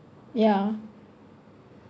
yeah